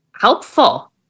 helpful